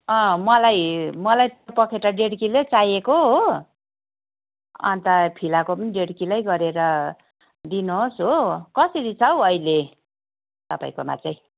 मलाई मलाई पखेटा ढेड किलै चाहिएको हो अन्त फिलाको पनि ढेड किलै गरेर दिनुहोस् हो कसरी छ हौ अहिले तपाईँकोमा चाहिँ